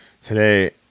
today